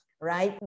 right